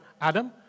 Adam